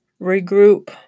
regroup